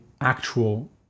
actual